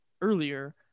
earlier